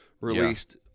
released –